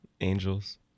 angels